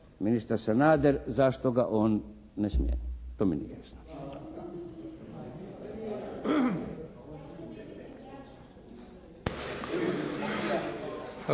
ministar Sanader zašto ga on ne smijeni. To mi nije jasno.